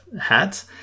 hats